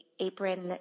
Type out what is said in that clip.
apron